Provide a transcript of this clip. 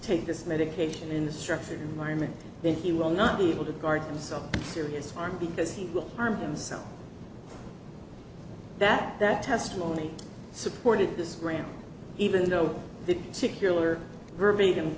take this medication in the structured environment then he will not be able to garden so serious harm because he will harm himself that that testimony supported this ground even though the secure verbatim